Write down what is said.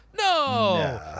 No